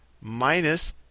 minus